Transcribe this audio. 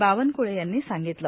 बावनकुळे यांनी सांगगतल